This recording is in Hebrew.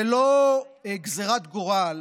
זה לא גזרת גורל